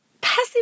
passive